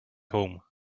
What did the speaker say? home